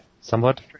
somewhat